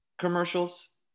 commercials